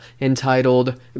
entitled